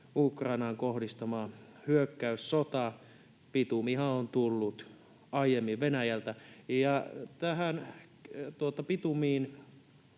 Ukrainaan kohdistama hyökkäyssota. Bitumihan on tullut aiemmin Venäjältä, ja tähän bitumiin